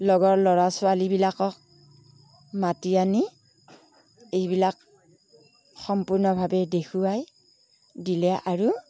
লগৰ ল'ৰা ছোৱালীবিলাকক মাতি আনি এইবিলাক সম্পূৰ্ণভাৱে দেখুৱাই দিলে আৰু